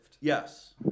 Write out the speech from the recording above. Yes